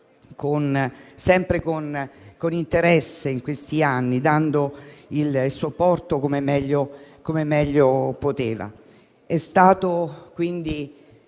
sempre con interesse in questi anni, dando il supporto come meglio poteva. È stato, quindi,